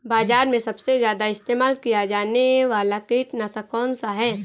बाज़ार में सबसे ज़्यादा इस्तेमाल किया जाने वाला कीटनाशक कौनसा है?